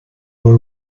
were